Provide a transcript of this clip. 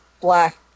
black